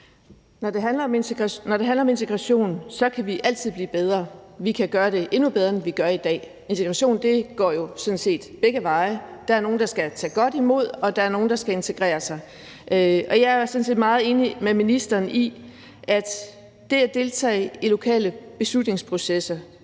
Når det handler om integration, kan vi altid blive bedre. Vi kan gøre det endnu bedre, end vi gør i dag. Integration går jo sådan set begge veje – der er nogle, der skal tage godt imod dem, og der er nogle, der skal integrere sig. Og jeg er sådan set meget enig med ministeren i, at det at deltage i lokale beslutningsprocesser